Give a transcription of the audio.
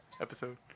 episode